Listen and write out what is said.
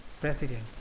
presidents